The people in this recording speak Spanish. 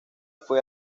fue